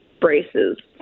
braces